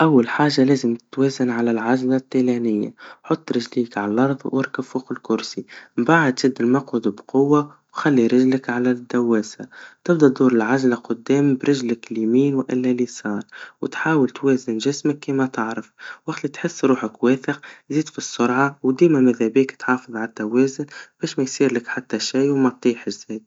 أول حاجا لازم توازن على العجلا التينانيا, تحط رجليك على الارض, واركب فوق الكرسي, من بعد شد المقود بقوا, وخلي رجلك على الدواسا, تبدا تدر العجلا قدام برجلك اليمين وإلا اليسار, وتحاول توازم جسمك كيما تعرف, وقت لتحس روحك واثق, زيد في السرعا, وديما مذا بيك تحافظ عالتوازن, باش ما يصير ليك شي وما تطيحش زاد.